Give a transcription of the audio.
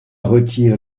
retire